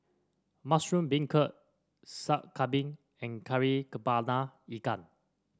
Mushroom Beancurd Sup Kambing and Kari kepala Ikan